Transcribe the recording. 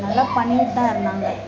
நல்லா பண்ணிகிட்டு தான் இருந்தாங்கள்